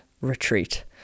retreat